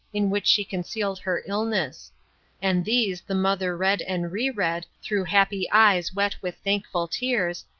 in which she concealed her illness and these the mother read and reread through happy eyes wet with thankful tears,